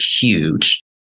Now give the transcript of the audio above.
huge